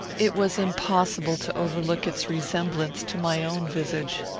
it was impossible to overlook its resemblance to my own visage.